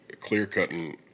clear-cutting